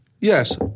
Yes